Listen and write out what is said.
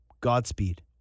Godspeed